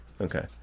okay